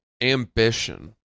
ambition